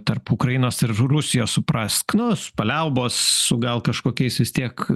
tarp ukrainos ir rusijos suprask nus paliaubos su gal kažkokiais vis tiek